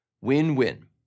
Win-win